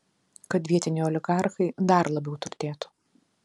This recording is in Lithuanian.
kad vietiniai oligarchai dar labiau turtėtų